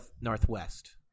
Northwest